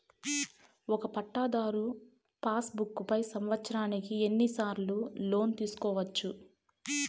ఒక పట్టాధారు pass book పై సంవత్సరానికి ఎన్ని సార్లు లోను తీసుకోవచ్చు?